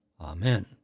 Amen